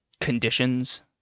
conditions